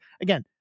Again